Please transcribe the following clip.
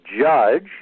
judge